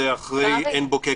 אחרי עין בוקק,